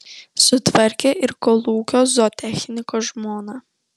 sutvarkė ir kolūkio zootechniko žmoną